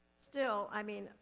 still, i mean,